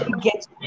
get